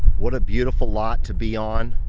what a beautiful lot to be on.